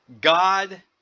God